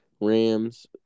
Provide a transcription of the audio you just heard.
Rams